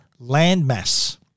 landmass